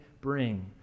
bring